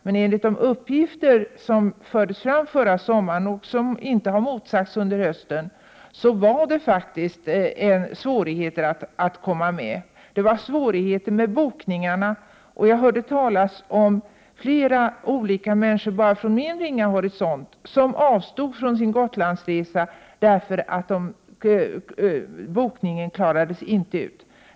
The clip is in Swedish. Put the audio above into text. Men enligt de uppgifter som fördes fram förra sommaren, och som inte har motsagts under hösten, var det svårt att komma med båtarna. Det var svårigheter med bokningarna. Bara från min ringa horisont hörde jag talas om flera människor som avstod från en Gotlandsresa, eftersom det inte gick att boka plats.